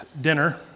dinner